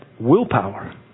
willpower